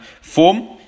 form